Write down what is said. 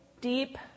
deep